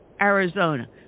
Arizona